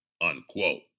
Unquote